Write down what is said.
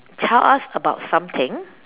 tell us about something